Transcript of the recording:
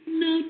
no